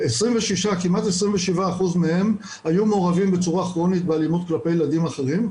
כמעט 27% מהם היו מעורבים בצורה כרונית באלימות כלפי ילדים אחרים,